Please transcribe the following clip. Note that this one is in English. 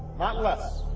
not less.